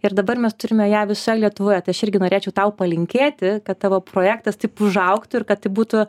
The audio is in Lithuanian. ir dabar mes turime ją visoj lietuvoje tai aš irgi norėčiau tau palinkėti kad tavo projektas taip užaugtų ir kad tai būtų